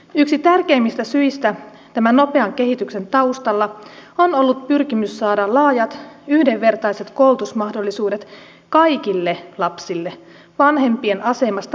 yksi tärkeimmistä syistä tämän nopean kehityksen taustalla on ollut pyrkimys saada laajat yhdenvertaiset koulutusmahdollisuudet kaikille lapsille vanhempien asemasta riippumatta